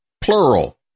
plural